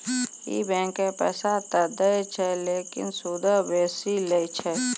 इ बैंकें पैसा त दै छै लेकिन सूदो बेसी लै छै